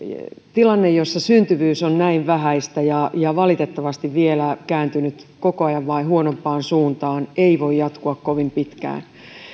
tilanne jossa syntyvyys on näin vähäistä ja ja valitettavasti vielä kääntynyt koko ajan vain huonompaan suuntaan ei voi jatkua kovin pitkään